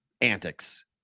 antics